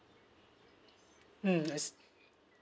mm I see